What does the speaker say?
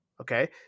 Okay